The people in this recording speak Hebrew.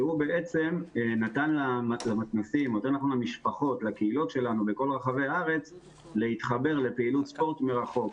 שהוא נתן לקהילות שלנו בכל רחבי הארץ להתחבר לפעילות ספורט מרחוק.